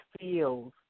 feels